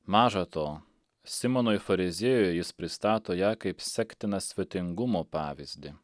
maža to simonui fariziejui jis pristato ją kaip sektiną svetingumo pavyzdį